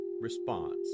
response